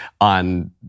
on